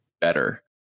better